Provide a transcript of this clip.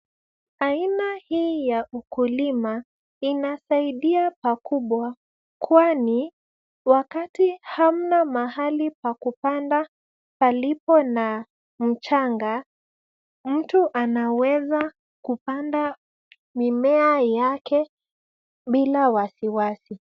Aina hii ya ukulima inasaidia pakubwa, kwani wakati hamna mahali pa kupanda palipo na mchanga, mtu anaweza kupanda mimea yake bila wasiwasi.